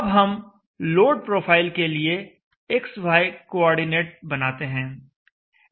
अब हम load profile के लिए xy कोऑर्डिनेट बनाते हैं